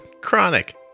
chronic